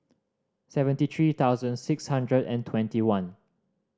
seventy three thousand six hundred and twenty one